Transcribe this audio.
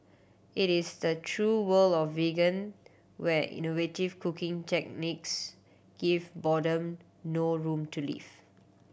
it is the true world of vegan where innovative cooking techniques give boredom no room to live